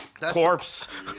corpse